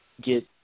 get